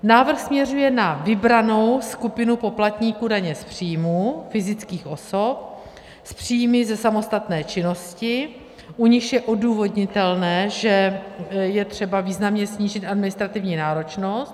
Návrh směřuje na vybranou skupinu poplatníků daně z příjmů fyzických osob s příjmy ze samostatné činnosti, u nichž je odůvodnitelné, že je třeba významně snížit administrativní náročnost.